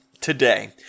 today